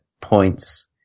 points